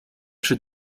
czy